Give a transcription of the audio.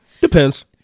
depends